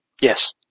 Yes